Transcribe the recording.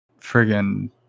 friggin